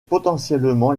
potentiellement